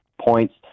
points